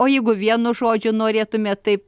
o jeigu vieno žodžio norėtumėt taip